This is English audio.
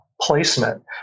placement